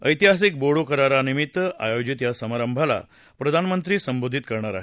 ऐतिहासिक बोडो करारानिमित्त आयोजित या समारंभाला प्रधानमंत्री संबोधित करणार आहे